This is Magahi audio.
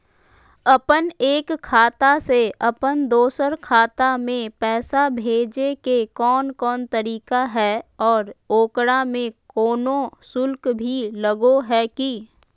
अपन एक खाता से अपन दोसर खाता में पैसा भेजे के कौन कौन तरीका है और ओकरा में कोनो शुक्ल भी लगो है की?